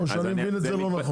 או שאני מבין את זה לא נכון?